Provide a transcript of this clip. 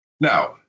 Now